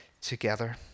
together